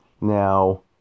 now